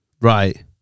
Right